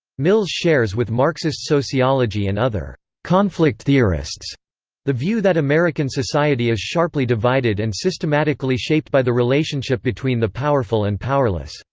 mills shares with marxist sociology and other conflict theorists the view that american society is sharply divided and systematically shaped by the relationship between the powerful and powerless.